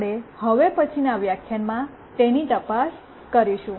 આપણે હવે પછીનાં વ્યાખ્યાનમાં તેની તપાસ કરીશું